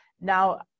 now